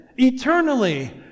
eternally